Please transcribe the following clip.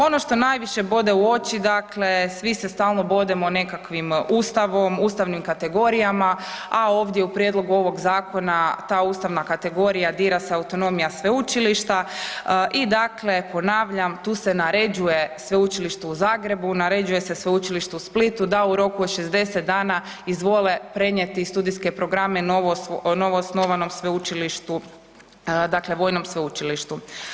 Ono što najviše bode u oči, dakle svi se stalno bodemo nekakvim ustavom, ustavnim kategorijama, a ovdje u prijedlogu ovog zakona ta ustavna kategorija dira se autonomija sveučilišta i dakle ponavljam, tu se naređuje Sveučilištu u Zagrebu, naređuje se Sveučilištu u Splitu da u roku od 60 dana izvole prenijeti studijske programe novo, novo osnovanom sveučilištu, dakle vojnom sveučilištu.